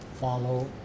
follow